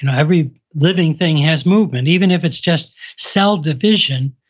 and every living thing has movement, even if it's just cell division,